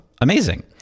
amazing